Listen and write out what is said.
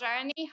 journey